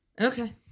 Okay